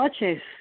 noches